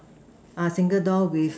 ah single door with